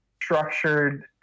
structured